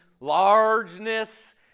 largeness